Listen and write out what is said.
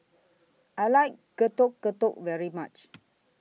I like Getuk Getuk very much